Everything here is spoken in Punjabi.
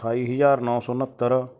ਅਠਾਈ ਹਜ਼ਾਰ ਨੌਂ ਸੌ ਉਣਹੱਤਰ